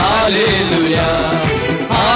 Hallelujah